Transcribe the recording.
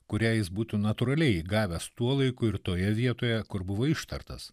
kurią jis būtų natūraliai įgavęs tuo laiku ir toje vietoje kur buvo ištartas